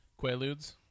Quaaludes